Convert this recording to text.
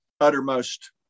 uttermost